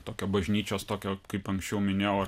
tokio bažnyčios tokio kaip anksčiau minėjau